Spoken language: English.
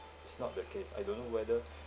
it's not the case I don't know whether